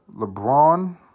LeBron